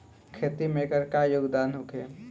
खेती में एकर का योगदान होखे?